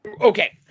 Okay